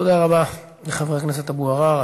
תודה רבה לחבר הכנסת אבו עראר.